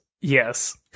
Yes